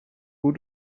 who